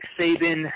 Saban